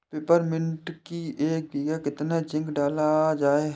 Peppermint की एक बीघा कितना जिंक डाला जाए?